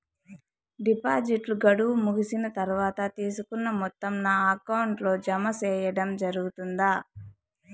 డిపాజిట్లు గడువు ముగిసిన తర్వాత, తీసుకున్న మొత్తం నా అకౌంట్ లో జామ సేయడం కుదురుతుందా?